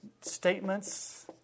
statements